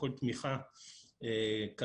וכל תמיכה כלכלית